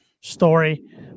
story